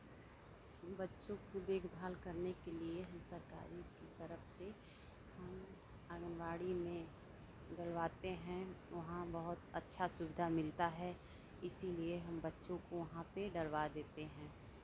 बच्चों को देखभाल करने के लिए हम सरकारी तरफ से हम आंगनवाड़ी में डलवाते हैं वहाँ बहुत अच्छा सुविधा मिलता है इसीलिए हम बच्चों को वहाँ पेर डलवा देते हैं